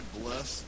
bless